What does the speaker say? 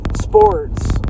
sports